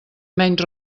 menys